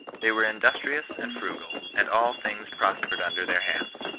they were industrious and frugal, and all things prospered under their hands.